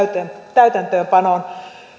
täytäntöönpanoon